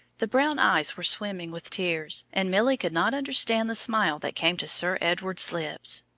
the brown eyes were swimming with tears, and milly could not understand the smile that came to sir edward's lips.